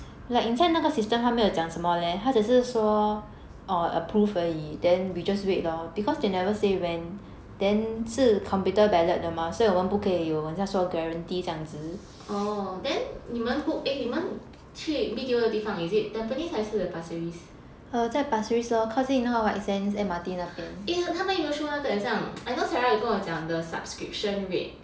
orh then 你们 book eh 你们去 B_T_O 的地方 is it tampines 还是 pasir ris eh 他们有没有 show 那个好像 I know sarah 有跟我讲的 subscription rate